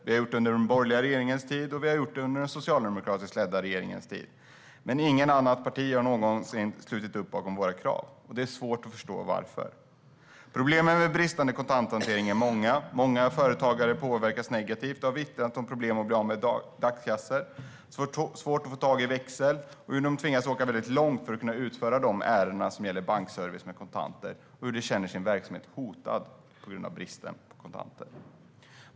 Vi har gjort det under den borgerliga regeringens tid, och vi har gjort det under den socialdemokratiskt ledda regeringens tid. Men inget annat parti har någonsin slutit upp bakom våra krav, och det är svårt att förstå varför. Problemen med bristande kontanthantering är många. Många företagare påverkas negativt och har vittnat om problem att bli av med dagskassor. De har svårt att få tag i växel, tvingas åka mycket långt för att kunna utföra de ärenden som gäller bankservice med kontanter och känner att deras verksamhet är hotad på grund av bristen på kontanter.